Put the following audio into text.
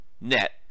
net